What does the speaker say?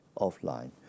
offline